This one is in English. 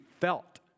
felt